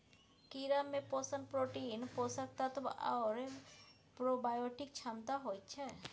कीड़ामे पोषण प्रोटीन, पोषक तत्व आओर प्रोबायोटिक क्षमता होइत छै